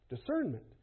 Discernment